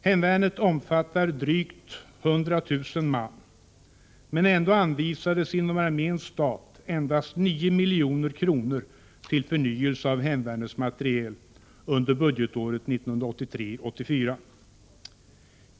Hemvärnet omfattar drygt 100 000 man, men ändå anvisades inom arméns stat endast 9 milj.kr. till förnyelse av hemvärnets materiel under budgetåret 1983/84.